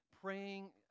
praying